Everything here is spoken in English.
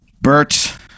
Bert